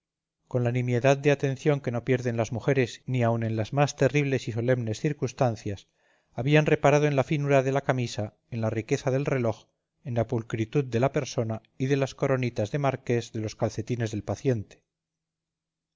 con la nimiedad de atención que no pierden las mujeres ni aun en las más terribles y solemnes circunstancias habían reparado en la finura de la camisa en la riqueza del reloj en la pulcritud de la persona y de las coronitas de marqués de los calcetines del paciente